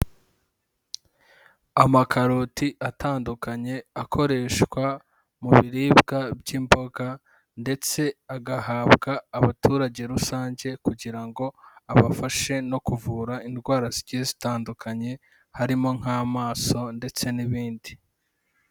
Amakaroti atandukanye, akoreshwa mu biribwa by'imboga, ndetse agahabwa abaturage rusange, kugira ngo abafashe no kuvura indwara zigiye zitandukanye, harimo nk'amaso ndetse n'ibindi.